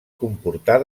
comportar